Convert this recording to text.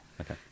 okay